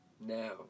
now